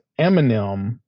Eminem